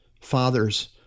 fathers